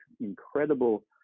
incredible